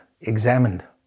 examined